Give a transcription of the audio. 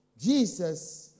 Jesus